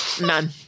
None